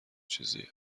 چیزیه